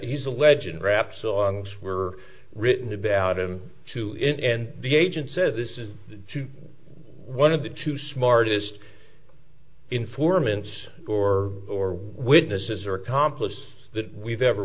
he's a legend rap songs were written about him to him and the agent says this is one of the two smartest informants or or witnesses or accomplice that we've ever